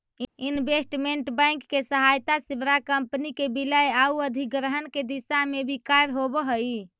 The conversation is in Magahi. इन्वेस्टमेंट बैंक के सहायता से बड़ा कंपनी के विलय आउ अधिग्रहण के दिशा में भी कार्य होवऽ हइ